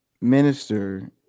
minister